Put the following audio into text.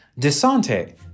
DeSante